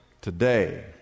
Today